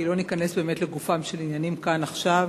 כי לא ניכנס לגופם של עניינים כאן ועכשיו.